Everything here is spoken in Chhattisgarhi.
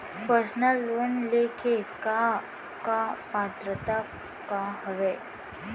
पर्सनल लोन ले के का का पात्रता का हवय?